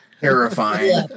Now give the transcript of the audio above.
terrifying